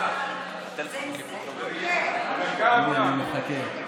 אני מחכה.